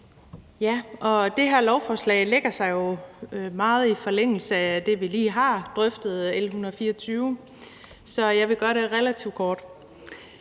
det. Det her lovforslag lægger sig jo meget i forlængelse af det, vi lige har drøftet, nemlig L 124, så jeg vil gøre det relativt kort.